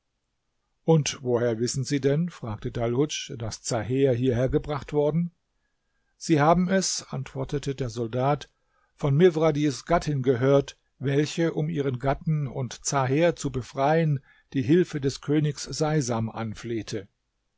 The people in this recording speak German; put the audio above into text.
und woher wissen sie denn fragte dalhudsch daß zaher hierher gebracht worden sie haben es antwortete der soldat von mifradjs gattin gehört welche um ihren gatten und zaher zu befreien die hilfe des königs seisam anflehte